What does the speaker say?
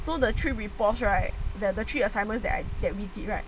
so the three reports right that the three assignments that I that we did right